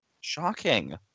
Shocking